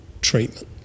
treatment